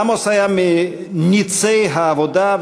עמוס היה מנצי העבודה,